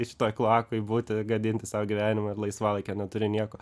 šitoj kloakoj būti gadinti sau gyvenimą ir laisvalaikio neturi nieko